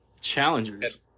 Challengers